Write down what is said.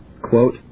Quote